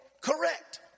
correct